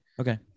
okay